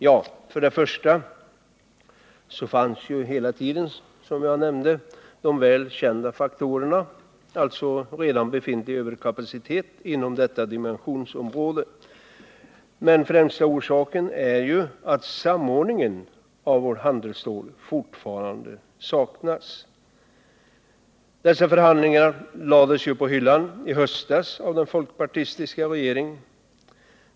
Ja, för det första fanns hela tiden den väl kända faktor som jag redan har nämnt, alltså redan befintlig överkapacitet inom detta område. Men främsta orsaken är att samordningen av handelsstålproduktionen fortfarande saknas. Förhandlingarna härom lades på hyllan i höstas av den folkpartistiska regeringen.